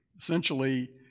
essentially